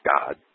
God